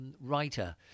writer